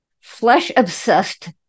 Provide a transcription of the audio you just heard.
flesh-obsessed